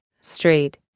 street